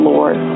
Lord